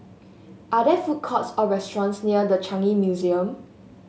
are there food courts or restaurants near The Changi Museum